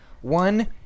One